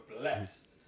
blessed